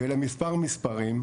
יהיו לה מספר מספרים,